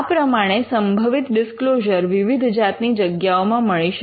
આ પ્રમાણે સંભવિત ડિસ્ક્લોઝર વિવિધ જાતની જગ્યાઓમાં મળી શકે